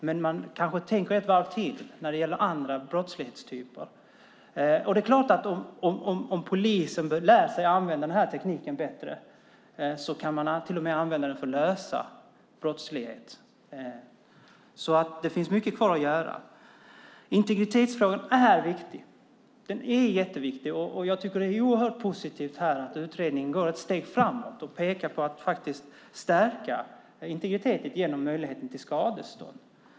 Men människor kanske tänker ett varv till när det gäller andra brottslighetstyper. Om polisen lär sig använda tekniken bättre kan man till och med använda den för att lösa brottslighet. Det finns mycket kvar att göra. Integritetsfrågan är jätteviktig. Det är oerhört positivt att utredningen här går ett steg framåt. Man pekar på möjligheten att stärka integriteten genom möjlighet till skadestånd.